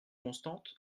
constante